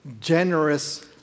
generous